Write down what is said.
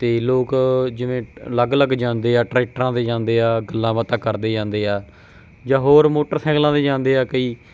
ਅਤੇ ਲੋਕ ਜਿਵੇਂ ਅਲੱਗ ਅਲੱਗ ਜਾਂਦੇ ਆ ਟਰੈਕਟਰਾਂ 'ਤੇ ਜਾਂਦੇ ਆ ਗੱਲਾਂ ਬਾਤਾਂ ਕਰਦੇ ਜਾਂਦੇ ਆ ਜਾਂ ਹੋਰ ਮੋਟਰਸਾਈਕਲਾਂ 'ਤੇ ਜਾਂਦੇ ਆ ਕਈ